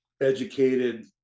educated